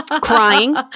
Crying